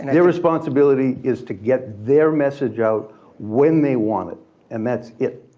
and their responsibility is to get their message out when they want it and that's it.